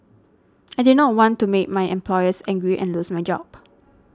I did not want to make my employers angry and lose my job